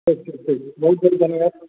अच्छा ठीक बहुत बहुत धन्यवाद